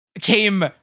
came